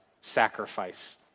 sacrifice